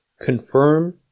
Confirm